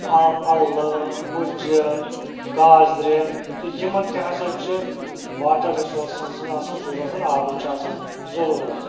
اَلہٕ مُجہٕ گازرِ تہٕ یِمَن تہِ ہسا چھِ واٹر رِسورسَن سٕنٛز آسان ضوٚرَتھ آبٕچ چھِ آسان ضٔروٗرتھ